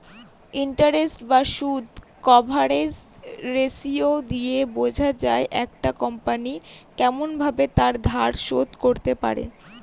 interest বা সুদ coverage ratio দিয়ে বোঝা যায় একটা কোম্পনি কেমন ভাবে তার ধার শোধ করতে পারে